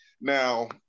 Now